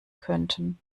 könnten